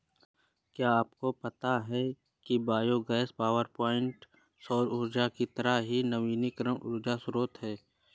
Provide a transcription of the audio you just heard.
क्या आपको पता है कि बायोगैस पावरप्वाइंट सौर ऊर्जा की तरह ही नवीकरणीय ऊर्जा स्रोत है